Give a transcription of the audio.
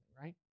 right